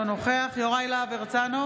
אינו נוכח יוראי להב הרצנו,